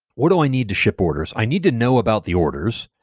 what do i need to ship orders? i need to know about the orders.